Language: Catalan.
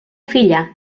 filla